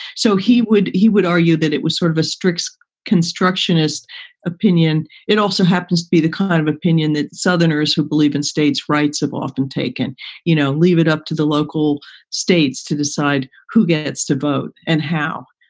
so he would he would argue that it was sort of a strict constructionist opinion. it also happens to be the kind of opinion that southerners who believe in states rights have often taken no you know leave it up to the local states to decide who gets to vote and how.